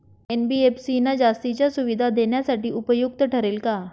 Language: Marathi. एन.बी.एफ.सी ना जास्तीच्या सुविधा देण्यासाठी उपयुक्त ठरेल का?